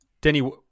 Denny